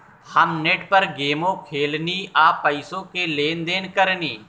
हम नेट पर गेमो खेलेनी आ पइसो के लेन देन करेनी